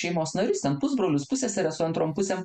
šeimos narius ten pusbrolius pusseseres su antrom pusėm